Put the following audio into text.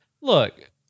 Look